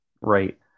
right